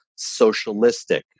socialistic